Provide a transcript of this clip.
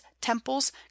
temples